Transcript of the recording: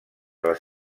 les